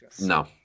No